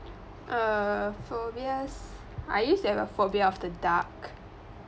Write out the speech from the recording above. err phobias I used to have a phobia of the dark